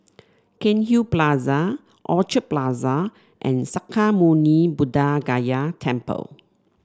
Cairnhill Plaza Orchard Plaza and Sakya Muni Buddha Gaya Temple